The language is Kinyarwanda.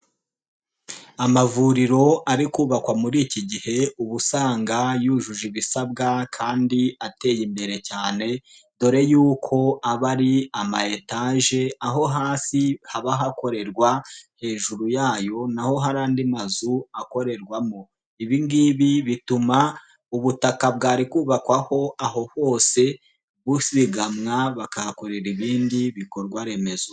Amavuriro ari kubakwa muri iki gihe uba usanga yujuje ibisabwa kandi ateye imbere cyane, dore yuko aba ari ama etaje, aho hasi haba hakorerwa, hejuru yayo na ho hari andi mazu akorerwamo. Ibi ngibi bituma ubutaka bwari kubakwaho aho hose buzigamwa bakahakorera ibindi bikorwa remezo.